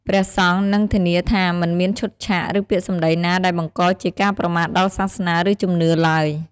ព្រះសង្ឃនឹង ធានាថាមិនមានឈុតឆាក ឬពាក្យសម្ដីណាដែលបង្កជាការប្រមាថដល់សាសនា ឬជំនឿ ឡើយ។